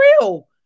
real